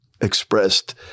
expressed